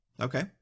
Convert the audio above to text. Okay